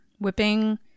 Whipping